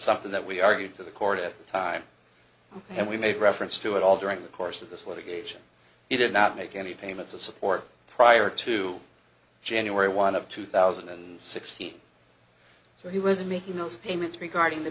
something that we argued to the court at the time and we made reference to it all during the course of this litigation he did not make any payments of support prior to january one of two thousand and sixteen so he was making those payments regarding the